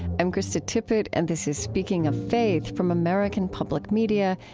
i'm krista tippett, and this is speaking of faith from american public media.